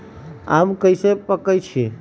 आम कईसे पकईछी?